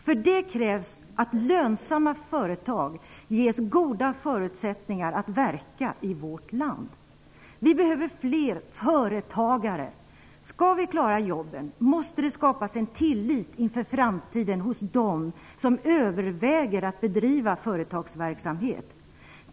För detta krävs att lönsamma företag ges goda förutsättningar att verka i vårt land. Vi behöver flera företagare. Skall vi klara jobben, måste det skapas en tillit inför framtiden hos dem som överväger att bedriva företagsverksamhet.